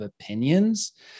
opinions